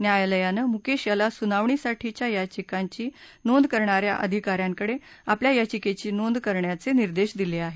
न्यायालयानं मुकेश याला सुनावणीसाठीच्या याचिंकांची नोंद करणाऱ्या अधिकाऱ्यांकडे आपल्या याचिकेची नोंद करण्याचे निर्देश दिले आहेत